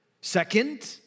Second